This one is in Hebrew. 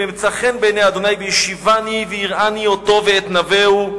אם אמצא חן בעיני ה' והשיבני והראני אותו ואת נוהו,